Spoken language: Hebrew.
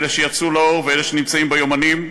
אלה שיצאו לאור ואלה שנמצאים ביומנים,